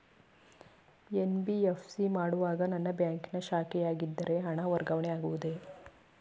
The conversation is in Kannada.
ಎನ್.ಬಿ.ಎಫ್.ಸಿ ಮಾಡುವಾಗ ನನ್ನ ಬ್ಯಾಂಕಿನ ಶಾಖೆಯಾಗಿದ್ದರೆ ಹಣ ವರ್ಗಾವಣೆ ಆಗುವುದೇ?